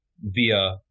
via